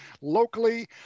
locally